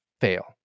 fail